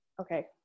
okay